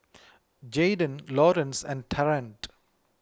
Jaden Laurance and Trent